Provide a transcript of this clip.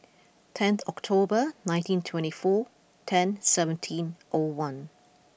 tenth October nineteen twenty four ten seventeen O one